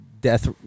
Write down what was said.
death